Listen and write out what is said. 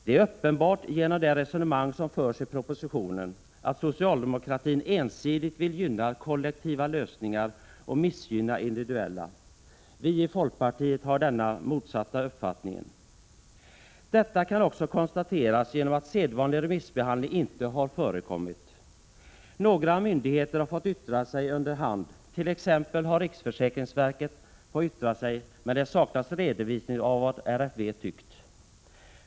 Det är uppenbart genom det resonemang som förs i propositionen att | socialdemokratin ensidigt vill gynna kollektiva lösningar och missgynna individuella. Vi i folkpartiet har den motsatta uppfattningen. Detta kan också konstateras genom att sedvanlig remissbehandling inte har förekommit. Några myndigheter har fått yttra sig under hand. Så t.ex. har riksförsäkringsverket fått yttra sig, men det saknas redovisning av vad RFV tyckt.